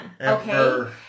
okay